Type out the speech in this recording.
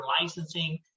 licensing